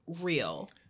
real